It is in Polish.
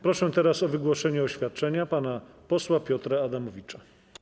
Proszę teraz o wygłoszenie oświadczenia pana posła Piotra Adamowicza.